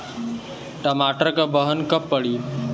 टमाटर क बहन कब पड़ी?